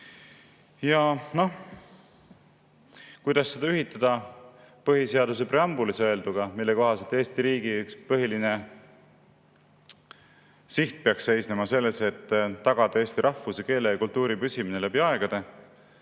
Ja noh, kuidas seda ühitada põhiseaduse preambulis öelduga, mille kohaselt üks Eesti riigi põhilisi sihte peaks seisnema selles, et tagada eesti rahvuse, keele ja kultuuri püsimine läbi aegade?